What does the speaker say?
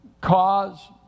cause